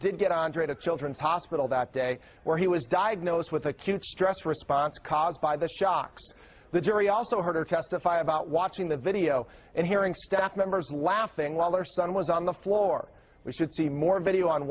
did get andre to children's hospital back day where he was diagnosed with acute stress response caused by the shocks the jury also heard her testify about watching the video and hearing staff members laughing while her son was on the floor we should see more video on